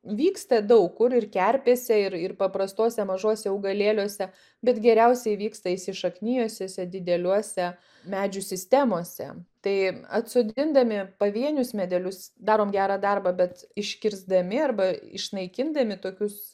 vyksta daug kur ir kerpėse ir ir paprastuose mažuose augalėliuose bet geriausiai vyksta įsišaknijusiose dideliuose medžių sistemose tai atsodindami pavienius medelius darome gerą darbą bet iškirsdami arba išnaikindami tokius